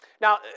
Now